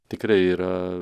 tikrai yra